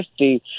50